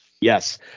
Yes